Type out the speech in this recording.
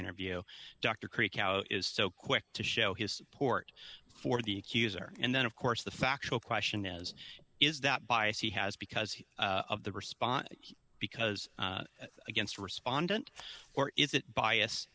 interview dr creek out is so quick to show his support for the accuser and then of course the factual question is is that bias he has because of the response because against respondent or is it bias